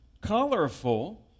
Colorful